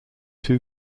two